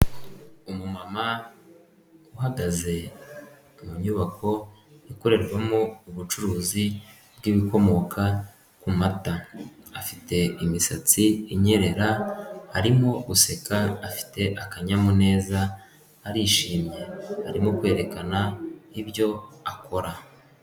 Umumama uhagaze mu nyubako ikorerwamo ubucuruzi bwibikomoka ku mata afite imisatsi inyerera arimo guseka afite akanyamuneza arishimye arimo kwerekana ibyo akora.